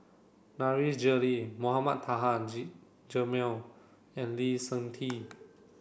Nasir Jalil Mohamed Taha Haji Jamil and Lee Seng Tee